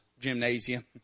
gymnasium